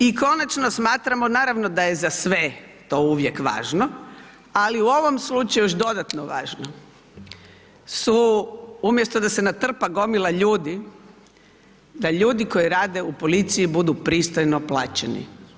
I konačno, smatramo, naravno da je za sve to uvijek važno, ali u ovom slučaju još dodatno važno, su umjesto da se natrpa gomila ljudi, da ljudi koji rade u policiji budu pristojno plaćeni.